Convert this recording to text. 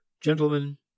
Gentlemen